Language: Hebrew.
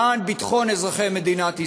למען ביטחון אזרחי מדינת ישראל.